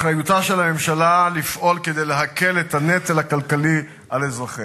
אחריותה של הממשלה לפעול כדי להקל את הנטל הכלכלי על אזרחיה,